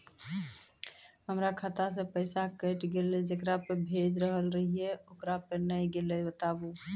हमर खाता से पैसा कैट गेल जेकरा पे भेज रहल रहियै ओकरा पे नैय गेलै बताबू?